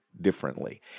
differently